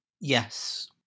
yes